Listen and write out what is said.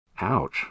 Ouch